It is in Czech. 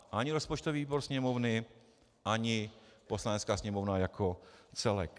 Ani rozpočtový výbor Sněmovny, ani Poslanecká sněmovna jako celek.